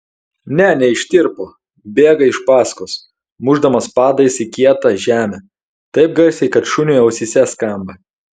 ne neištirpo bėga iš paskos mušdamas padais į kietą žemę taip garsiai kad šuniui ausyse skamba